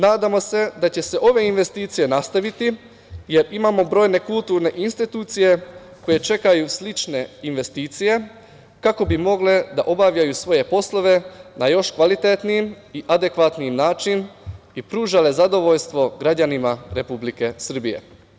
Nadamo se da će se ove investicije nastaviti, jer imamo brojne kulturne institucije koje čekaju slične investicije kako bi mogle da obavljaju svoje poslove na još kvalitetniji i adekvatniji način i pružale zadovoljstvo građanima Republike Srbije.